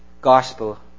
gospel